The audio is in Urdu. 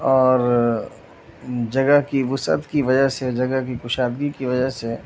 اور جگہ کی وسعت کی وجہ سے جگہ کی کشادگی کی وجہ سے